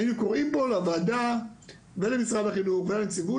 היינו קוראים פה לוועדה ולמשרד החינוך ולנציבות